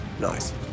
Nice